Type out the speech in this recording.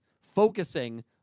focusing